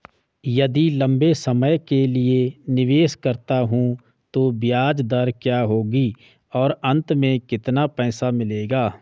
यदि लंबे समय के लिए निवेश करता हूँ तो ब्याज दर क्या होगी और अंत में कितना पैसा मिलेगा?